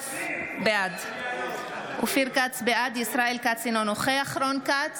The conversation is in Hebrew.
בעד ישראל כץ, אינו נוכח רון כץ,